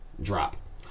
drop